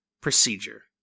procedure